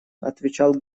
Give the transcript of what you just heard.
отвечал